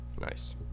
Nice